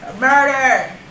Murder